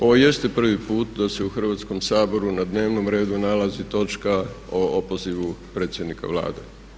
Ovo jeste prvi put da se u Hrvatskom saboru na dnevnom redu nalazi točka o opozivu predsjednika Vlade.